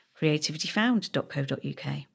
creativityfound.co.uk